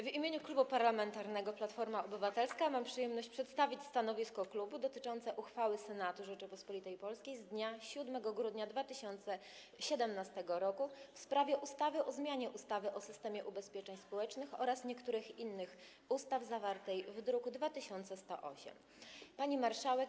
W imieniu Klubu Parlamentarnego Platforma Obywatelska mam przyjemność przedstawić stanowisko klubu dotyczące uchwały Senatu Rzeczypospolitej Polskiej z dnia 7 grudnia 2017 r. w sprawie ustawy o zmianie ustawy o systemie ubezpieczeń społecznych oraz niektórych innych ustaw, zawartej w druku nr 2108. Pani Marszałek!